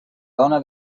dona